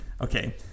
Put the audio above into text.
Okay